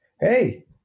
Hey